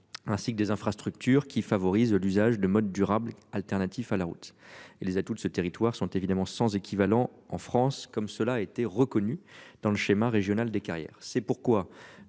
ainsi que des infrastructures qui favorise l'usage de mode durable alternatifs à la route et les atouts de ce territoire sont évidemment sans équivalent en France comme cela a été reconnu dans le schéma régional des carrières.